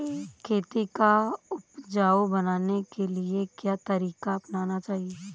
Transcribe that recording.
खेती को उपजाऊ बनाने के लिए क्या तरीका अपनाना चाहिए?